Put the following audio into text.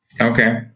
Okay